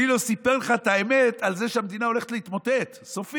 מי לא סיפר לך את האמת על זה שהמדינה הולכת להתמוטט סופית?